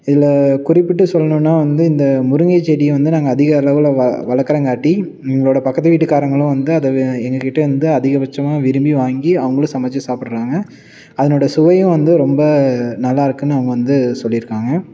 இதில் குறிப்பிட்டு சொல்லணுன்னா வந்து இந்த முருங்கை செடியை வந்து நாங்கள் அதிக அளவில் வ வளக்கிறங்காட்டி எங்களோடய பக்கத்து வீட்டுக்காரங்களும் வந்து அதை வ எங்கள் கிட்ட வந்து அதிகபட்சமாக விரும்பி வாங்கி அவர்களும் சமைச்சி சாப்பிட்றாங்க அதனோடய சுவையும் வந்து ரொம்ப நல்லா இருக்குதுன்னு அவங்க வந்து சொல்லிருக்காங்க